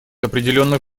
определенных